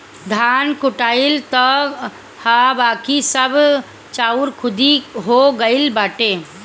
धान कुटाइल तअ हअ बाकी सब चाउर खुद्दी हो गइल बाटे